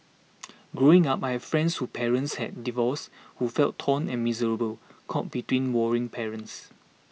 growing up I had friends who parents had divorced who felt torn and miserable caught between warring parents